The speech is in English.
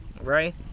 right